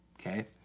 okay